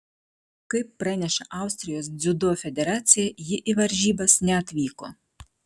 kaip praneša austrijos dziudo federacija ji į varžybas neatvyko